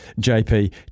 JP